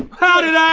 how did ah